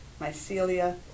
mycelia